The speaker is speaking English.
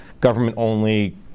government-only